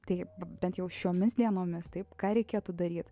tai bent jau šiomis dienomis taip ką reikėtų daryt